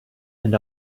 and